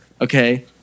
okay